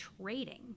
trading